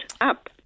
up